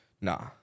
Nah